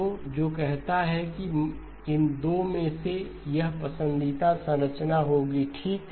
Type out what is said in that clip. तो जो कहता है कि इन 2 में से यह पसंदीदा संरचना होगी ठीक